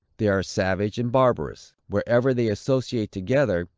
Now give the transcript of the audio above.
they are savage and barbarous. wherever they associate together,